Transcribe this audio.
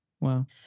Wow